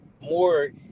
More